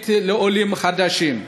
מקצועית לעולים חדשים.